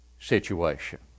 situation